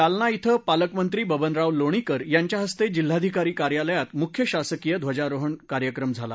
जालना पालकमंत्री बबनराव लोणीकर यांच्या हस्ते जिल्हाधिकारी कार्यालयात म्ख्य शासकीय ध्वजारोहण झालं